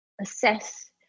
assess